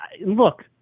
Look